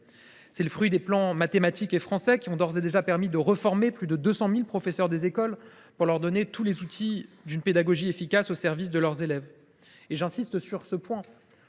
C’est le fruit des plans Mathématiques et Français, qui ont d’ores et déjà permis de former plus de 200 000 professeurs des écoles pour leur donner tous les outils d’une pédagogie efficace au service de leurs élèves. Je souhaite insister sur le fait